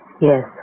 Yes